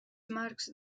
marcs